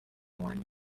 one